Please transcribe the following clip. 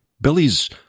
Billy's